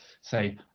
say